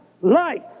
life